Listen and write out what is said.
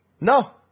No